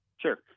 Sure